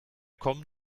kommen